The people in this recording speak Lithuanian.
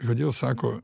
kodėl sako